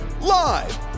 live